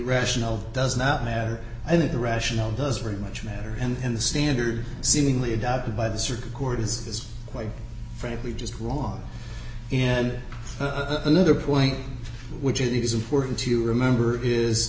rationale does not matter i think the rationale does very much matter and the standard seemingly adopted by the circuit court is quite frankly just wrong and another point which it is important to remember is